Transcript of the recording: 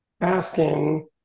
asking